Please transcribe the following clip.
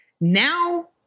Now